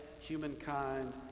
humankind